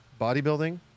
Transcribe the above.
bodybuilding